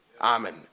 Amen